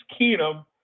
Keenum